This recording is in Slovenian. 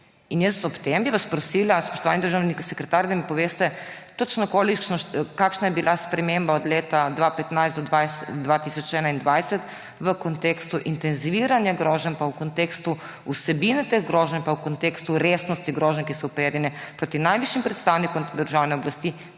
In ob tem bi vas prosila, spoštovani državni sekretar, da mi poveste, kakšna točno je bila sprememba od leta 2015 do 2021 v kontekstu intenziviranja groženj pa v kontekstu vsebine teh groženj pa v kontekstu resnosti groženj, ki so uperjene proti najvišjim predstavnikom državne oblasti,